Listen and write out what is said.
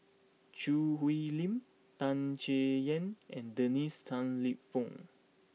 Choo Hwee Lim Tan Chay Yan and Dennis Tan Lip Fong